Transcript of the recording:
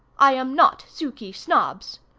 i am not suky snobbs.